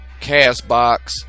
Castbox